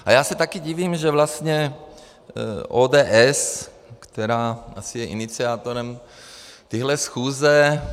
A já se taky divím, že vlastně ODS, která asi je iniciátorem téhle schůze...